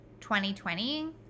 2020